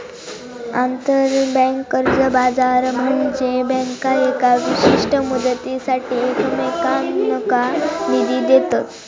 आंतरबँक कर्ज बाजार म्हनजे बँका येका विशिष्ट मुदतीसाठी एकमेकांनका निधी देतत